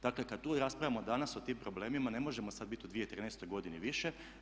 Dakle, kad tu raspravljamo danas o tim problemima ne možemo sad bit u 2013. godini više.